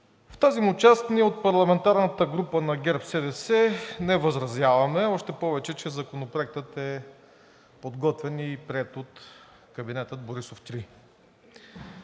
В тази му част ние от парламентарната група на ГЕРБ-СДС не възразяваме, още повече че Законопроектът е подготвен и приет от кабинета Борисов 3.